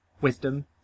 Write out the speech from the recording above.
Wisdom